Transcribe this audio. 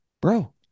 bro